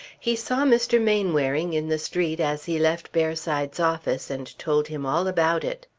he saw mr. mainwaring in the street as he left bearside's office and told him all about it.